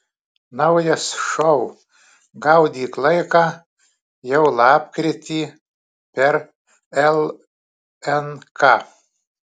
naujas šou gaudyk laiką jau lapkritį per lnk